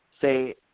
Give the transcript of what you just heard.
say